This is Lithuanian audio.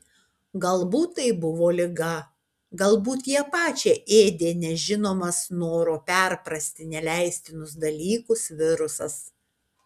galbūt tai buvo liga galbūt ją pačią ėdė nežinomas noro perprasti neleistinus dalykus virusas